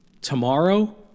Tomorrow